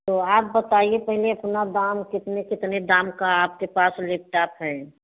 तो आप बताइए पहले अपना दाम कितने कितने दाम का आपके पास लैपटॉप है